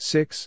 Six